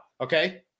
okay